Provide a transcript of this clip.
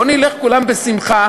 בואו נלך כולם בשמחה,